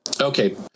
okay